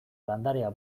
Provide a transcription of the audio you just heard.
landarea